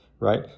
right